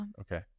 Okay